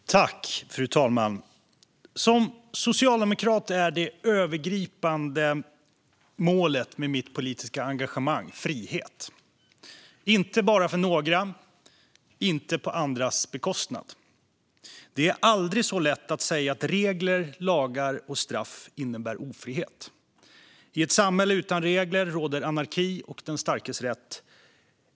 Tillträdesförbud till butik och förstärkt straffrättsligt skydd mot tillgrepps-brottslighet Fru talman! Som socialdemokrat har jag som det övergripande målet med mitt politiska engagemang frihet, men inte bara för några och inte på andras bekostnad. Det är aldrig så lätt som att man bara kan säga att regler, lagar och straff innebär ofrihet. I ett samhälle utan regler råder anarki och den starkes rätt.